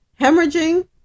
hemorrhaging